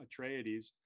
Atreides